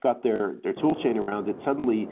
got their their tool chain around, that suddenly,